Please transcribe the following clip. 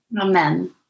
Amen